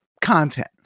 content